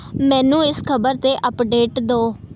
ਮੈਨੂੰ ਇਸ ਖ਼ਬਰ 'ਤੇ ਅੱਪਡੇਟ ਦਿਓ